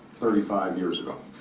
thirty five years ago.